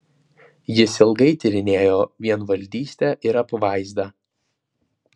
jis ilgai tyrinėjo vienvaldystę ir apvaizdą